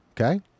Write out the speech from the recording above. okay